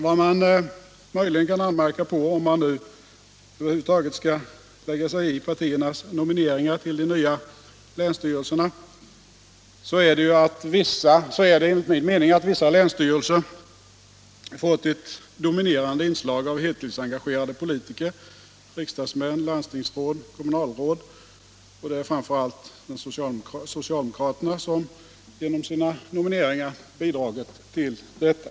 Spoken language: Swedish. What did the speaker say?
Vad man möjligen kan anmärka på, om man över huvud taget skall lägga sig i partiernas nomineringar till de nya länsstyrelserna, är enligt min mening att vissa länsstyrelser fått ett dominerande inslag av heltidsengagerade politiker — riksdagsmän, landstingsråd och kommunalråd. Det är framför allt socialdemokraterna som genom sina nomineringar bidragit till detta.